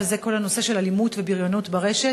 וזה כל הנושא של אלימות ובריונות ברשת,